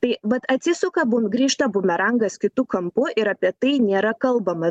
tai vat atsisuka bun grįžta bumerangas kitu kampu ir apie tai nėra kalbama